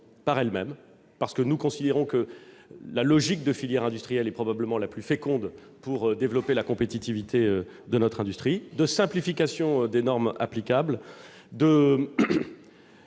par elles-mêmes- nous considérons en effet que la logique des filières industrielles est probablement la plus féconde pour développer la compétitivité de notre industrie -, de simplification des normes applicables,